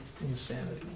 insanity